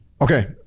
Okay